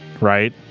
right